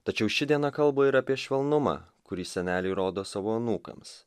tačiau ši diena kalba ir apie švelnumą kurį seneliai rodo savo anūkams